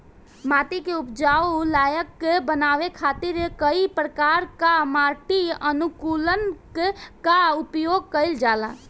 माटी के उपजाऊ लायक बनावे खातिर कई प्रकार कअ माटी अनुकूलक कअ उपयोग कइल जाला